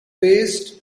paste